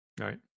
right